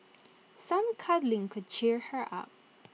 some cuddling could cheer her up